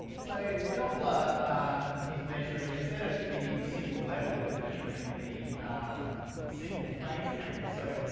so doppler is measuring, instead of the signal level, it's measuring the um signal phase change. so.